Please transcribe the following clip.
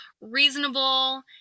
reasonable